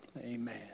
Amen